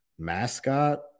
mascot